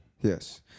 Yes